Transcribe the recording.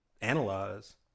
analyze